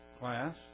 class